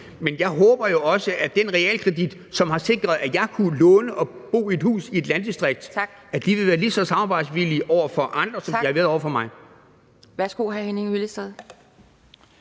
men jeg håber da, at man i det realkreditinstitut, som har sikret, at jeg kunne låne og bo i et hus i et landdistrikt, vil være lige så samarbejdsvillige over for andre, som de har været for mig.